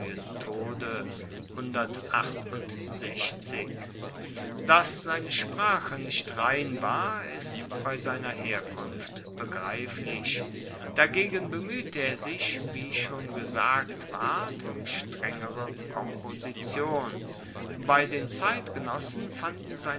tode dass seine sprache nicht rein war ist bei seiner herkunft begreiflich dagegen bemuehte er sich wie schon gesagt ward um strengere komposition bei den zeitgenossen fanden